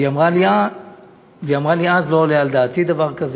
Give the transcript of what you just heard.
והיא אמרה לי אז: לא עולה על דעתי דבר כזה.